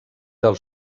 del